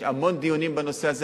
יש המון דיונים בנושא הזה.